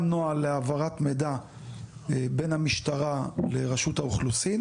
נוהל להעברת מידע בין המשטרה לרשות האוכלוסין.